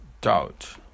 doubt